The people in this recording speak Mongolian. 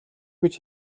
гэж